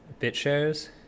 BitShares